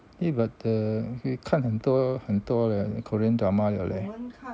eh but the we 看很多很多的 korean drama liao leh